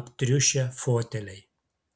aptriušę foteliai